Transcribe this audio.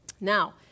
Now